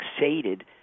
sated